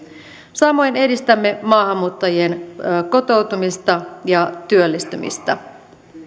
samoin edistämme maahanmuuttajien kotoutumista ja työllistymistä